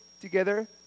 together